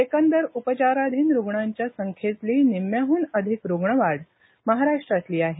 एकंदर उपचाराधीन रुग्णांच्या संख्येतली निम्म्याहून अधिक रुग्णवाढ महाराष्ट्रातली आहे